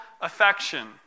affection